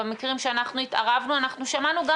במקרים שאנחנו התערבנו אנחנו שמענו גם